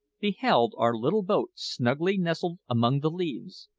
beheld our little boat snugly nestled among the leaves.